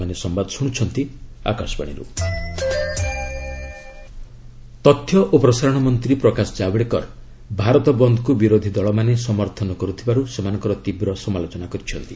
Javadekar farm law' ତଥ୍ୟ ଓ ପ୍ରସାରଣ ମନ୍ତ୍ରୀ ପ୍ରକାଶ ଜାବଡେକର ଭାରତ ବନ୍ଦକୁ ବିରୋଧୀ ଦଳମାନେ ସମର୍ଥନ କରୁଥିବାରୁ ସେମାନଙ୍କର ତୀବ୍ର ସମାଲୋଚନା କରିଛନ୍ତି